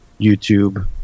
YouTube